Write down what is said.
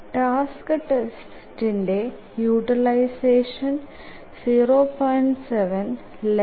task സെറ്റിന്റെ utilisation 0